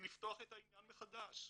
מלפתוח את העניין מחדש.